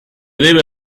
debe